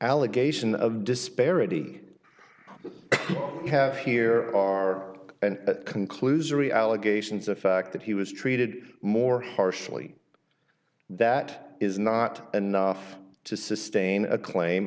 allegation of disparity we have here are and conclusory allegations the fact that he was treated more harshly that is not enough to sustain a claim